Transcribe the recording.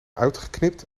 uitgeknipt